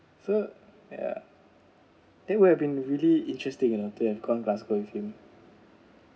so ya they would have been really interesting you know and to have gone glasgow with him